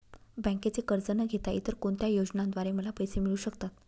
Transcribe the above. बँकेचे कर्ज न घेता इतर कोणत्या योजनांद्वारे मला पैसे मिळू शकतात?